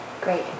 Great